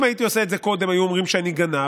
אם הייתי עושה את זה קודם, היו אומרים שאני גנב.